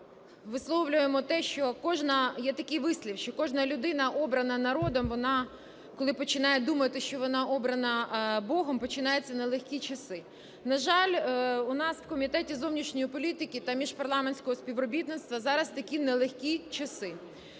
вислів, що кожна людина, обрана народом, вона, коли починає думати, що вона обрана Богом, починаються нелегкі часи. На жаль, у нас в Комітеті зовнішньої політики та міжпарламентського співробітництва зараз такі нелегкі часи.